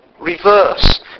reverse